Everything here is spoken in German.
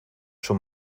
schon